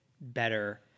better